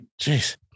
Jeez